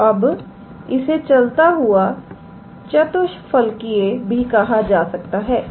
तोअब इसे चलता हुआ चतुष्फलकीय भी कहा जा सकता है